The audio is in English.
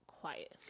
quiet